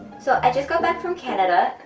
so i just got back from canada,